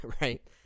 Right